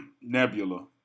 Nebula